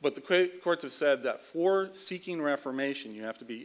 but the quick courts have said for seeking reformation you have to be